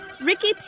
Ricky